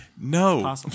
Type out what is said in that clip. No